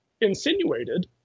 insinuated